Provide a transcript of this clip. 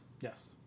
Yes